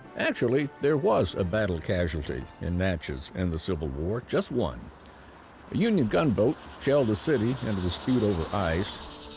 actually, there was a battle casualty in natchez in the civil war, just one. a union gunboat shelled the city in a dispute over ice,